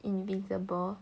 invisible